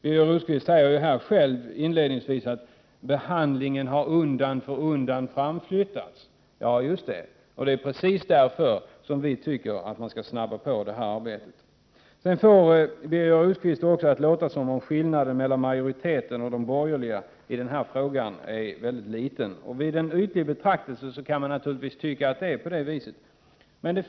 Birger Rosqvist säger ju själv inledningsvis att behandlingen undan för undan har framflyttats. Ja, just det. Och det är precis därför som vi tycker att man skall påskynda detta arbete. Birger Rosqvist får det att låta som om skillnaden är väldigt liten mellan majoriteten och de borgerliga beträffande den här frågan. Vid en ytlig betraktelse kan man naturligtvis få intrycket att det förhåller sig på det viset.